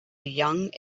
young